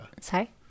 Sorry